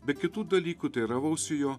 be kitų dalykų teiravausi jo